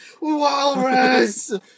Walrus